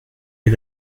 est